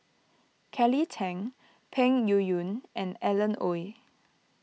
Kelly Tang Peng Yuyun and Alan Oei